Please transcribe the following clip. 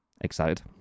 Excited